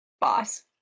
boss